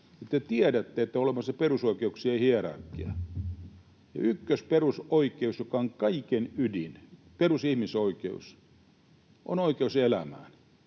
Te tiedätte, että on olemassa perusoikeuksien hierarkia. Ykkösperusoikeus, joka on kaiken ydin, perusihmisoikeus, on oikeus elämään.